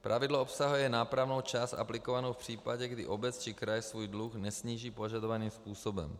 Pravidlo obsahuje nápravnou část aplikovanou v případě, kdy obec či kraj svůj dluh nesníží požadovaným způsobem.